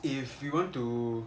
if you want to